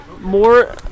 more